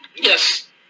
Yes